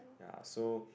yea so